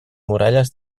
muralles